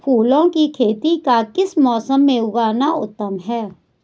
फूलों की खेती का किस मौसम में उगना उत्तम है?